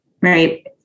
right